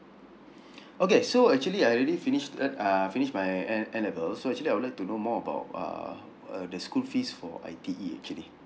okay so actually I already finish eh uh finish my N N levels so actually I would like to know more about uh uh the school fees for I_T_E actually